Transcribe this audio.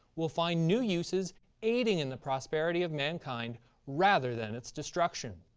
will find new uses aiding in the prosperity of mankind rather than its destruction.